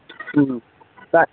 تَتھ